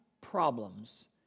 problems